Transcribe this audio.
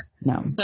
No